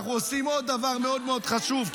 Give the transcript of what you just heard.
אנחנו עושים עוד דבר מאוד מאוד חשוב,